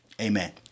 Amen